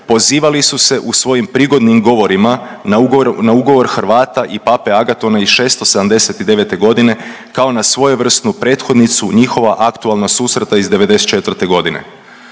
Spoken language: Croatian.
pozivali su se u svojim prigodnim govorima na ugovor, na ugovor Hrvata i pape Agatona iz 679. godine kao na svojevrsnu prethodniku njihova aktualna susreta iz '94. godine.